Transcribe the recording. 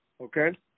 Okay